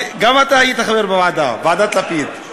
גם אתה היית חבר בוועדה, ועדת לפיד.